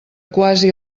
quasi